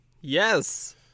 Yes